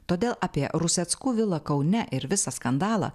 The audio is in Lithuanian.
todėl apie ruseckų vilą kaune ir visą skandalą